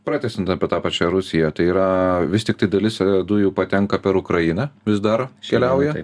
pratęsiant apie tą pačią rusiją tai yra vis tiktai dalis dujų patenka per ukrainą vis dar keliauja